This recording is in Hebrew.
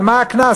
על מה הקנס?